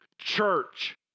Church